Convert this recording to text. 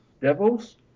Devils